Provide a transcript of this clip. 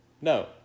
No